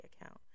account